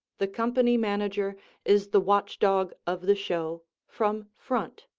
the company manager is the watch dog of the show from front.